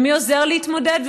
ומי עוזר להתמודד,